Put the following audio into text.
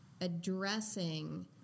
addressing